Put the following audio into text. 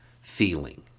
feeling